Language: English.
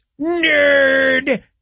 nerd